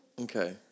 Okay